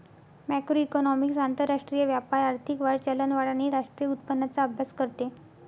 macroeconomics आंतरराष्ट्रीय व्यापार, आर्थिक वाढ, चलनवाढ आणि राष्ट्रीय उत्पन्नाचा अभ्यास करते